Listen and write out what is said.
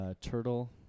Turtle